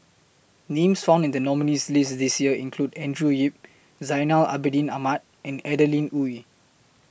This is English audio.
Names found in The nominees' list This Year include Andrew Yip Zainal Abidin Ahmad and Adeline Ooi